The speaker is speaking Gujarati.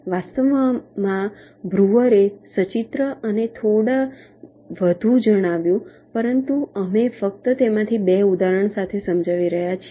વાસ્તવમાં બ્રુઅરે સચિત્ર અને થોડા વધુ જણાવ્યું પરંતુ અમે ફક્ત તેમાંથી 2 ઉદાહરણ સાથે સમજાવી રહ્યા છીએ